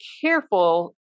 careful